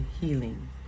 healing